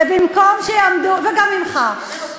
ובמקום שיעמדו, וגם ממך.